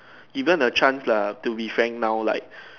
given a chance lah to be frank now like